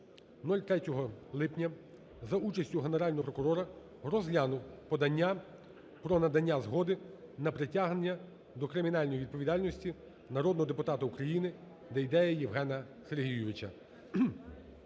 03 липня за участю Генерального прокурора розглянув подання про надання згоди на притягнення до кримінальної відповідальності народного депутата України Дейдея Євгена Сергійовича.